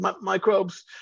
microbes